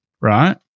right